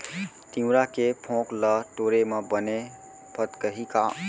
तिंवरा के फोंक ल टोरे म बने फदकही का?